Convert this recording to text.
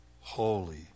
holy